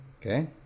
Okay